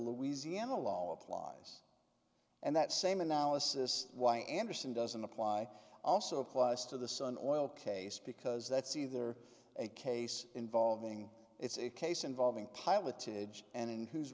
louisiana law applies and that same analysis why anderson doesn't apply also applies to the sun oil case because that's either a case involving it's a case involving pilotage and who's